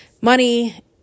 money